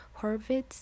Horvitz